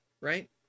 right